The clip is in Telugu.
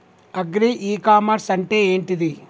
అగ్రి ఇ కామర్స్ అంటే ఏంటిది?